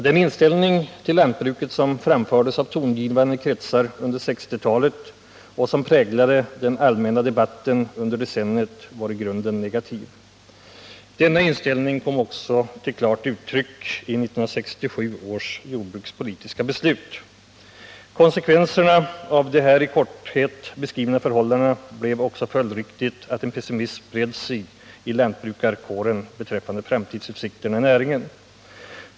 Den inställning till lantbruket som framfördes av tongivande kretsar under 1960-talet och som präglade den allmänna debatten under decenniet var i grunden negativ. Denna inställning kom också till klart uttryck i 1967 års jordbrukspolitiska beslut. Konsekvenserna av de här i korthet beskrivna förhållandena blev följdriktigt att en pessimism spred sig i lantbrukarkåren beträffande framtidsutsikterna i näringen.